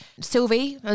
Sylvie